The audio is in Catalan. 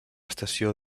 estació